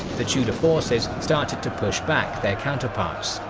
the tudor forces started to push back their counterparts.